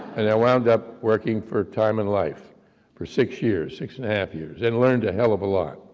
and i wound up working for time and life for six years, six and a half years, and learned a hell of a lot,